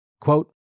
Quote